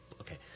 Okay